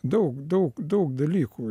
daug daug daug dalykų